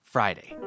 Friday